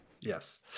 Yes